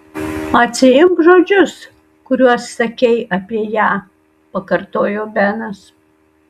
atsiimk žodžius kuriuos sakei apie ją pakartojo benas